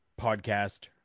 podcast